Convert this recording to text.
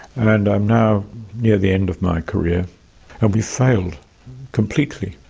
and i'm now near the end of my career and we've failed completely.